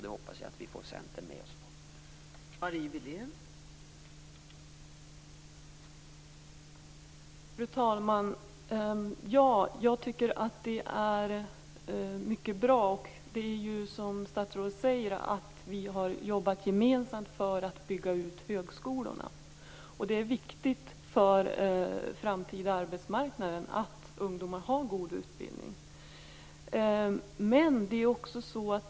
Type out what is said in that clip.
Det hoppas jag att vi får Centern med oss på.